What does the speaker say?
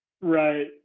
right